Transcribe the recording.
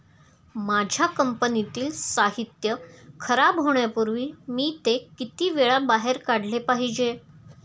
माझ्या कंपनीतील साहित्य खराब होण्यापूर्वी मी ते किती वेळा बाहेर काढले पाहिजे?